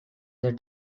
their